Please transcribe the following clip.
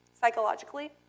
psychologically